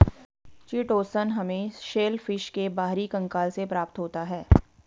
chitosan हमें shellfish के बाहरी कंकाल से प्राप्त होता है